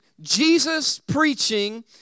Jesus-preaching